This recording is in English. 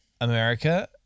America